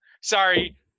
Sorry